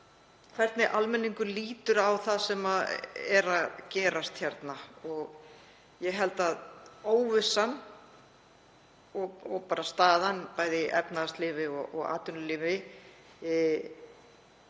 hvernig almenningur lítur á það sem er að gerast hérna. Ég held að óvissan og staðan bæði í efnahagslífi og atvinnulífi